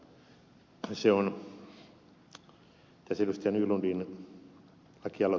tässä ed